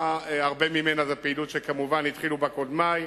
הרבה ממנה זה פעילות שכמובן התחילו בה קודמי,